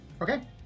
Okay